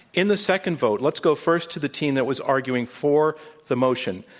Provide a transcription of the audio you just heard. in the second vote, let's go first to the team that was arguing for the motion.